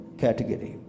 category